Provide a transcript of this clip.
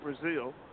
Brazil